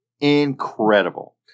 Incredible